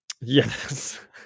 yes